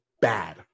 bad